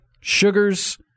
sugars